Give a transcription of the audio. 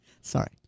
Sorry